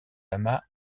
amas